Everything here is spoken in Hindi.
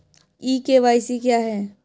ई के.वाई.सी क्या है?